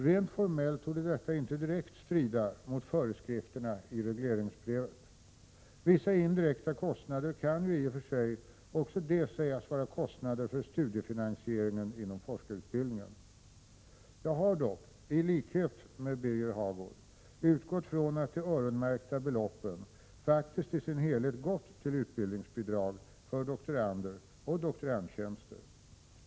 Rent formellt torde detta inte direkt strida mot föreskrifterna i regleringsbrevet. Vissa indirekta kostnader kan ju i och för sig också de sägas vara kostnader för studiefinansieringen inom forskarutbildningen. Jag har dock, i likhet med Birger Hagård, utgått från att de öronmärkta beloppen faktiskt i sin helhet gått till utbildningsbidrag för doktorander och doktorandtjänster.